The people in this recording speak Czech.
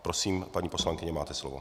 Prosím, paní poslankyně, máte slovo.